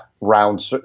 round